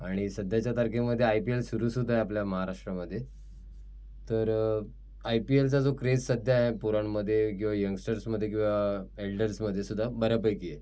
आणि सध्याच्या तारखेमध्ये आय पी एल सुरूसुद्धा आहे आपल्या महाराष्ट्रामध्ये तर आय पी एलचा जो क्रेज सध्या आहे पोरांमध्ये किंवा यंगस्टर्समध्ये किंवा एल्डर्समध्येसुद्धा बऱ्यापैकी आहे